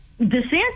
DeSantis